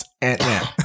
Ant-Man